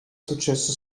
successo